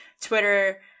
Twitter